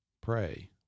pray